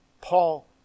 Paul